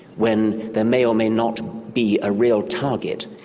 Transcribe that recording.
when there may or may not be a real target.